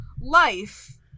life